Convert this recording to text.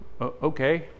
Okay